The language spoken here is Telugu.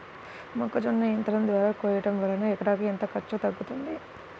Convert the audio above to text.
మొక్కజొన్న యంత్రం ద్వారా కోయటం వలన ఎకరాకు ఎంత ఖర్చు తగ్గుతుంది?